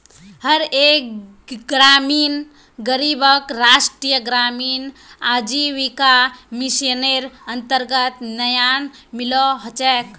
हर एक ग्रामीण गरीबक राष्ट्रीय ग्रामीण आजीविका मिशनेर अन्तर्गत न्याय मिलो छेक